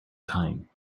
time